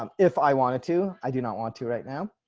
um if i wanted to, i do not want to right now.